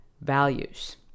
values